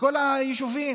מכל היישובים.